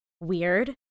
weird